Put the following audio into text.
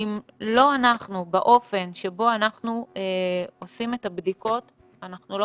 האם באופן שבו אנחנו עושים את הבדיקות אנחנו לא